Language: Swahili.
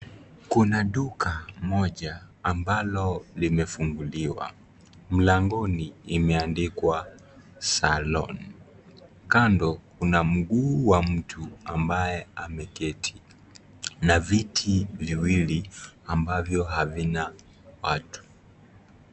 Kuna duka moja ambalo limefunguliwa, mlangoni imeandikwa Salon, kando kuna mguu wa mtu ambaye ameketi, na viti viwili ambavyo havina watu.